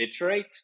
iterate